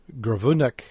Gravunek